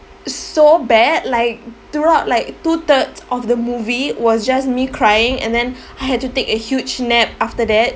so bad like throughout like two thirds of the movie was just me crying and then I had to take a huge nap after that